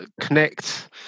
connect